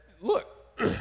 look